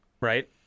Right